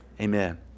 amen